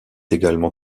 également